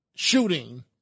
Shooting